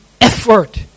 effort